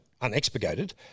unexpurgated